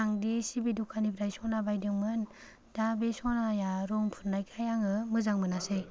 आंदि सि बि द'खाननिफ्राय सना बायदोंमोन दा बे सनाया रं फुरनायखाय आङो मोजां मोनासै